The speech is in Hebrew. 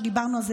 שדיברנו עליו,